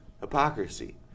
hypocrisy